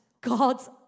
God's